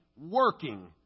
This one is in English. working